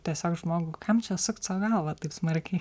tiesiog žmogų kam čia sukt sau galvą taip smarkiai